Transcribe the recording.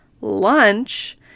lunch